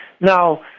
Now